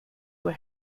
were